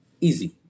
Easy